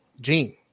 Gene